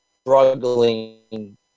struggling